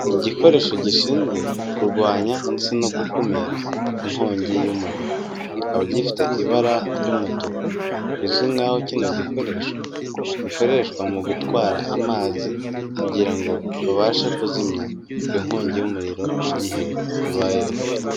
Igikoresho gishinzwe kurwanya ndetse no gukumira inkongi y'umuriro, kikaba gifite ibara ry'umutuku, bizwi nkaho kino gikoresho gikoreshwa mu gutwara amazi, kugira ngo babashe kuzimya iyo inkongi y'umuriro igihe ibayeho.